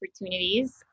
opportunities